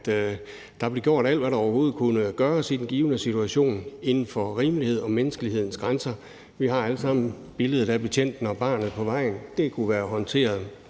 at der blev gjort alt, hvad der overhovedet kunne gøres, i den givne situation inden for rimelighedens og menneskelighedens grænser. Vi har alle sammen billedet af betjenten og barnet på vejen. Den situation kunne have været håndteret